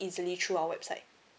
easily through our website